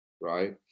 right